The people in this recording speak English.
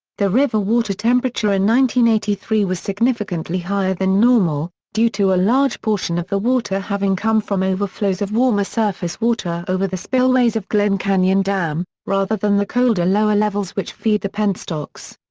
the river water temperature in one eighty three was significantly higher than normal, due to a large portion of the water having come from overflows of warmer surface water over the spillways of glen canyon dam, rather than the colder lower levels which feed the penstocks.